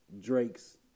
Drakes